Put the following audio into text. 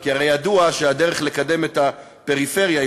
כי הרי ידוע שהדרך לקדם את הפריפריה היא